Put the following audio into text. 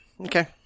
Okay